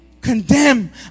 condemn